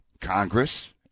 Congress